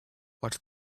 watch